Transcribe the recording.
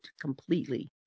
completely